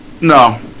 No